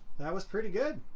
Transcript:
that was pretty good.